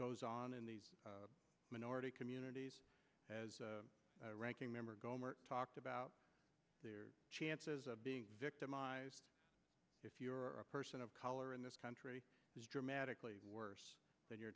goes on in these minority communities as ranking member gohmert talked about their chances of being victimized if you're a person of color in this country is dramatically worse than your